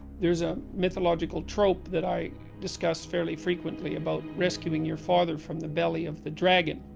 there's a mythological trope that i discuss fairly frequently about rescuing your father from the belly of the dragon,